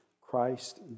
Christ